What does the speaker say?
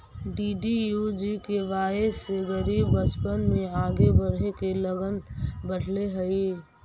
DDUGKY से गरीब बच्चन में आगे बढ़े के लगन बढ़ले हइ